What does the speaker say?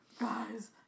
Guys